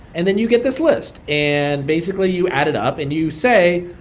and then you get this list. and basically, you add it up and you say,